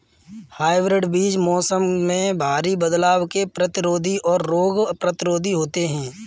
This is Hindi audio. हाइब्रिड बीज मौसम में भारी बदलाव के प्रतिरोधी और रोग प्रतिरोधी होते हैं